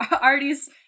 Artie's